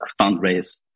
fundraise